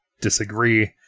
disagree